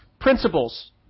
principles